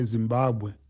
Zimbabwe